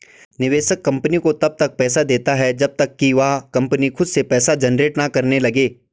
निवेशक कंपनी को तब तक पैसा देता है जब तक कि वह कंपनी खुद से पैसा जनरेट ना करने लगे